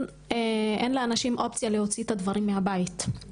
אין לאנשים את האופציה להוציא את הדברים מהבית.